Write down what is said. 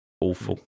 awful